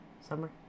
Summer